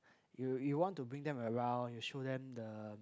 you you want to bring them around you show them the